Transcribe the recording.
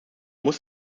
muss